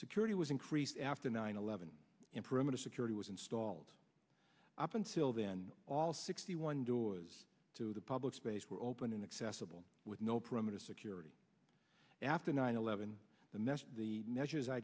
security was increased after nine eleven perimeter security was installed up until then all sixty one doors to the public space were open inaccessible with no perimeter security after nine eleven the message the measures i